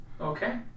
Okay